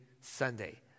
Sunday